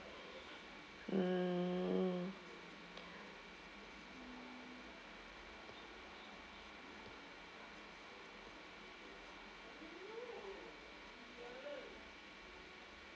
mm